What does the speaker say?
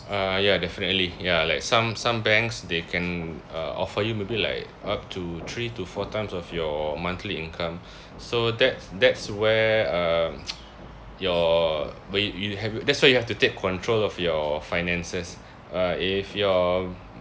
uh ya definitely ya like some some banks they can uh offer you maybe like up to three to four times of your monthly income so that that's where uh your wait you have you that's why you have to take control of your finances uh if you're